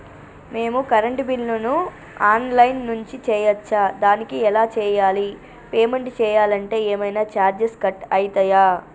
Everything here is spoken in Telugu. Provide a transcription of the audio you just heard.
మేము కరెంటు బిల్లును ఆన్ లైన్ నుంచి చేయచ్చా? దానికి ఎలా చేయాలి? పేమెంట్ చేయాలంటే ఏమైనా చార్జెస్ కట్ అయితయా?